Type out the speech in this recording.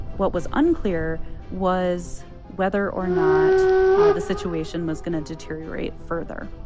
what was unclear was whether or not the situation was going to deteriorate further